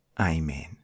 Amen